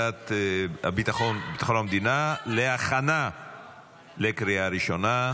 לוועדה לביטחון המדינה להכנה לקריאה הראשונה.